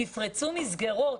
תפרצו מסגרות,